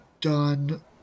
done